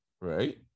Right